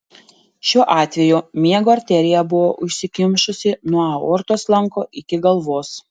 šiuo atveju miego arterija buvo užsikimšusi nuo aortos lanko iki galvos